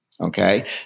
Okay